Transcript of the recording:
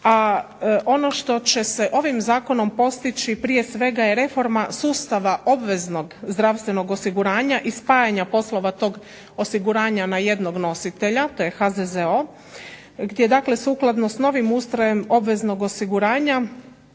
a ono što će se ovim zakonom postići prije svega je reforma sustava obveznog zdravstvenog osiguranja i spajanja poslova tog osiguranja na jednog nositelja, to je HZZO, gdje dakle sukladno s novim ustrojem obveznog osiguranja